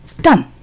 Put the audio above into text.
Done